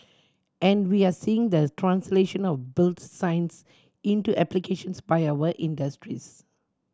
and we are seeing the translation of built science into applications by our industries